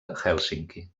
hèlsinki